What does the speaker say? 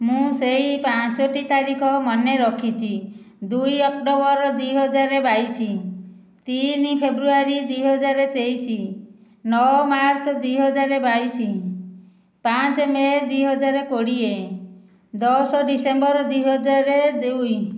ମୁଁ ସେଇ ପାଞ୍ଚଟି ତାରିଖ ମନେରଖିଛି ଦୁଇ ଅକ୍ଟୋବର ଦୁଇ ହଜାର ବାଇଶ ତିନି ଫେବୃଆରୀ ଦୁଇ ହଜାର ତେଇଶ ନଅ ମାର୍ଚ୍ଚ ଦୁଇ ହଜାର ବାଇଶି ପାଞ୍ଚ ମେ' ଦୁଇ ହଜାର କୋଡ଼ିଏ ଦଶ ଡିସେମ୍ବର ଦୁଇ ହଜାର ଦୁଇ